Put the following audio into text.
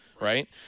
right